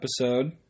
episode